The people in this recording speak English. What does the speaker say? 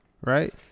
right